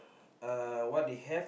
uh what they have